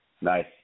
Nice